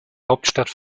hauptstadt